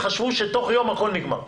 חשבו שתוך יום הכול נגמר.